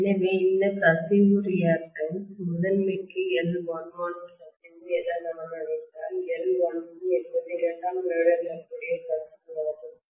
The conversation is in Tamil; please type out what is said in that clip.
எனவே இந்த கசிவு ரியாக்டன்ஸ்எதிர்வினை முதன்மைக்கு L11 கசிவு என நான் அழைத்தால் L12 என்பது இரண்டாம் நிலையுடன் தொடர்புடைய கசிவு ஆகும்